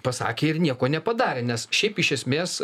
pasakė ir nieko nepadarė nes šiaip iš esmės